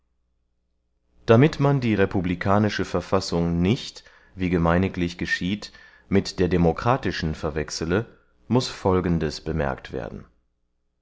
damit man die republikanische verfassung nicht wie gemeiniglich geschieht mit der demokratischen verwechsele muß folgendes bemerkt werden